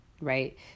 right